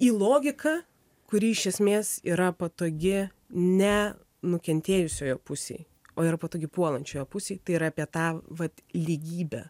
į logiką kuri iš esmės yra patogi ne nukentėjusiojo pusei o yra patogi puolančiojo pusei tai yra apie tą vat lygybę